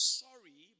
sorry